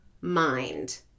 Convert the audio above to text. mind